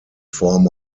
form